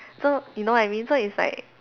so you know what I mean so it's like